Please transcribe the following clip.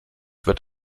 wird